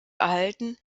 erhalten